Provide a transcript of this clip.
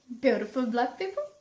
beautiful black people.